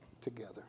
together